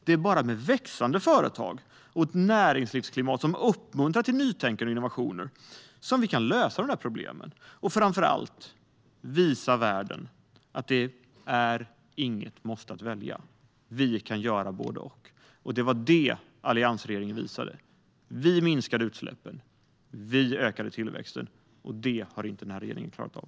Det är bara med växande företag och ett näringslivsklimat som uppmuntrar till nytänkande och innovationer som vi kan lösa de här problemen och framför allt visa världen att det inte är ett måste att välja. Vi kan göra både och. Det var det alliansregeringen visade. Vi minskade utsläppen. Och vi ökade tillväxten. Det har den här regeringen inte klarat av.